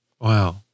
Wow